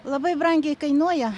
labai brangiai kainuoja